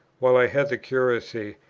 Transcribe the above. while i had the curacy,